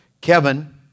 Kevin